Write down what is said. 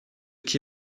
qui